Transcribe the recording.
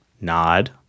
nod